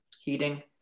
heating